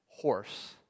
horse